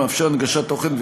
הנגשת תוכן,